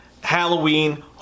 Halloween